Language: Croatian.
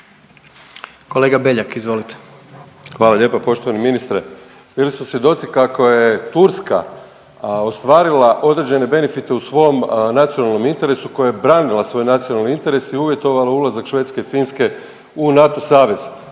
**Beljak, Krešo (HSS)** Hvala lijepo. Poštovani ministre, bili smo svjedoci kako je Turska ostvarila određene benefite u svom nacionalnom interesu, koja je branila svoj nacionalni interes i uvjetovala ulazak Švedske i Finske u NATO savez.